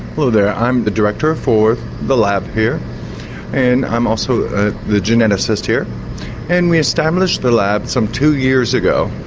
hello there, i'm the director for the lab here and i'm also ah the geneticist here and we established the lab some two years ago.